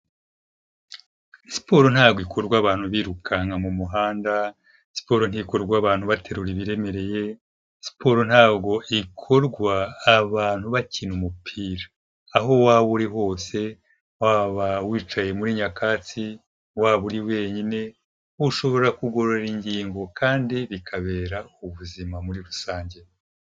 Siporo ntabwo ikorwarwa abantu birukanka mu muhanda, siporo ntikorwa abantu baterura ibiremereye, siporo ntabwo ikorwa abantu bakina umupira, aho waba uri hose, waba wicaye muri nyakatsi, waba uri wenyine ushobora kugorora ingingo kandi bikabera ubuzima muri rusange.